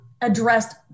addressed